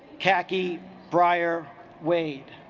khaki briar wait